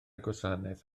gwasanaeth